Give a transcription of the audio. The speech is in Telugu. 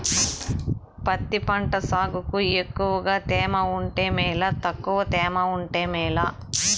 పత్తి పంట సాగుకు ఎక్కువగా తేమ ఉంటే మేలా తక్కువ తేమ ఉంటే మేలా?